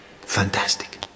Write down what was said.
Fantastic